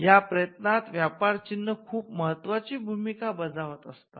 या प्रयत्नात व्यापार चिन्ह खूप महत्वाची भूमिका बजावत असतात